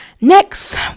Next